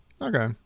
okay